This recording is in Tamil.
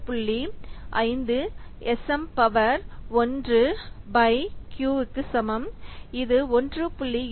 5 S M power 1 pi Q க்கு சமம் இது 1